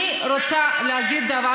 אני רוצה להגיד דבר